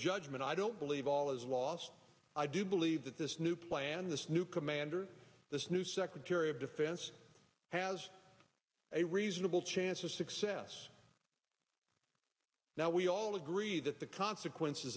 judgment i don't believe all is lost i do believe that this new plan this new commander this new secretary of defense has a reasonable chance of success that we all agree that the consequences